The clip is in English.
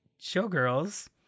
Showgirls